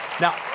Now